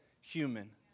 human